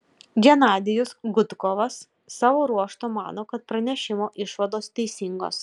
genadijus gudkovas savo ruožtu mano kad pranešimo išvados teisingos